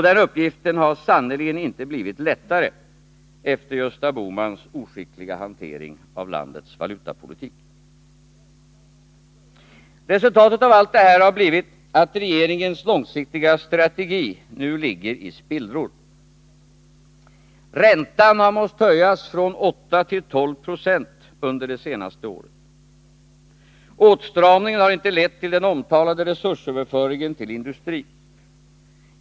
Denna uppgift har sannerligen inte blivit lättare efter Gösta Bohmans oskickliga hantering av landets valutapolitk. Resultatet av allt detta har blivit att regeringens långsiktiga strategi nu ligger i spillror. Räntan har måst höjas från 8 till 12 90 under det senaste året. Åtstramningen har inte lett till den omtalade resursöverföringen till industrin.